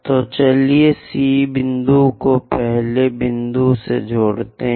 तो चलिए C बिंदु को पहले बिंदु से जोड़ते हैं